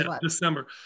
December